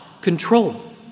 control